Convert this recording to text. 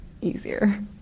easier